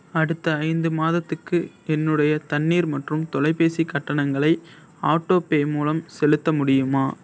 அடுத்த ஐந்து மாதத்துக்கு என்னுடைய தண்ணீர் மற்றும் தொலைபேசி கட்டணங்களை ஆட்டோ பே மூலம் செலுத்த முடியுமா